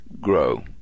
grow